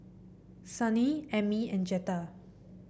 Sonny Emmy and Jetta